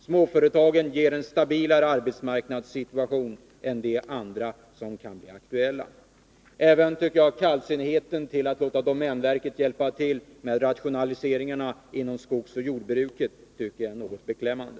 Småföretagen ger en stabilare arbetsmarknadssituation än de andra som kan bli aktuella. Jag tycker också att kallsinnigheten till att låta domänverket hjälpa till med rationaliseringar inom skogsbruket och jordbruket är något beklämmande.